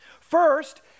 First